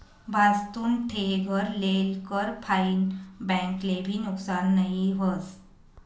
भाजतुन ठे घर लेल कर फाईन बैंक ले भी नुकसान नई व्हस